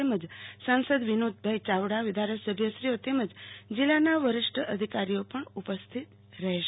તેમજ સાસંદ વિનોદ યાવડા ધારાસભ્યશ્રીઓ તેમજ જિલ્લાના વરિષ્ઠ અધિકારીઓ ઉપસ્થિત રહેશે